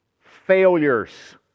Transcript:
Failures